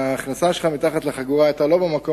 וההכנסה שלך מתחת לחגורה היתה לא במקום,